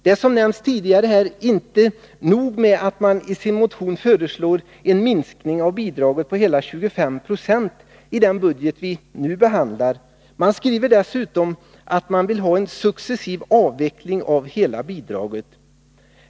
Det är, som här nämnts tidigare, inte nog med att mani sin motion föreslår en minskning av bidraget på hela 25 96 i den budget vi nu behandlar. Man skriver dessutom att man vill ha en successiv avveckling av hela bidraget.